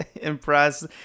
impressed